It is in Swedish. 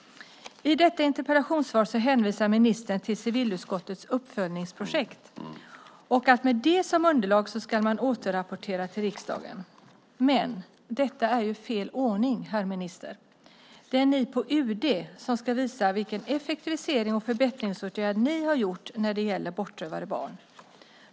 I detta interpellationssvar hänvisar ministern till civilutskottets uppföljningsprojekt och att man med det som underlag ska återrapportera till riksdagen. Men detta är ju fel ordning, herr minister! Det är ni på UD som ska visa vilka effektiviserings och förbättringsåtgärder ni har gjort när det gäller bortrövade barn.